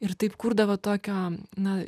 ir taip kurdavo tokio na